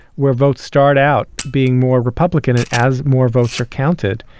where votes start out being more republican. and as more votes are counted,